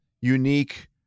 unique